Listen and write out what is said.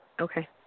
Okay